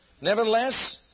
Nevertheless